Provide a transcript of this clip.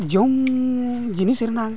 ᱡᱚᱢᱻ ᱡᱤᱱᱤᱥ ᱨᱮᱱᱟᱜ